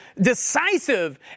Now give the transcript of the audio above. decisive